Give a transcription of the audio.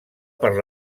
per